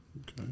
Okay